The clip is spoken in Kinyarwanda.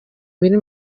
biri